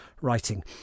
writing